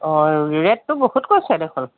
অঁ ৰে'টটো বহুত কৈছে দেখোঁন